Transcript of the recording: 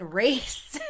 race